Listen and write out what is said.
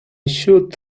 should